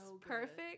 perfect